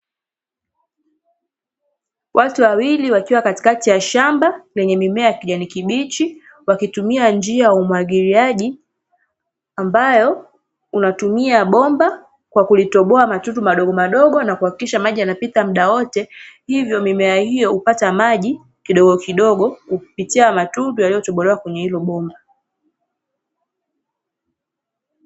Watu wawili wakiwa katikati ya shamba lenye mimea ya kijani kibichi wakitumia njia ya umwagiliaji, ambayo hutumia bomba kwa kulitoboa matundu madogomadogo na kuhakikisha maji yanapita muda wote, hivyo mimea hiyo hupata maji kidogokidogo kupitia matundu yaliyotobolewa kwenye hilo bomba.